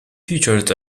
featured